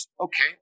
okay